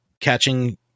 catching